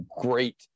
great